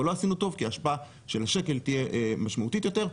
לא עשינו טוב כי ההשפעה של השקל תהיה משמעותית יותר,